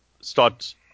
start